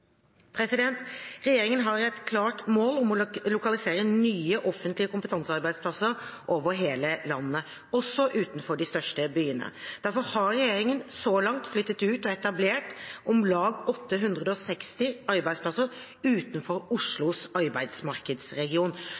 Regjeringen har et klart mål om å lokalisere nye, offentlige kompetansearbeidsplasser over hele landet, også utenfor de største byene. Derfor har regjeringen så langt flyttet ut og etablert om lag 860 arbeidsplasser utenfor Oslos arbeidsmarkedsregion,